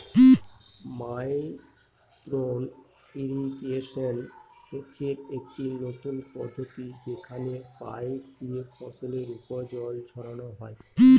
micro irrigation সেচের একটি নতুন পদ্ধতি যেখানে পাইপ দিয়ে ফসলের ওপর জল ছড়ানো হয়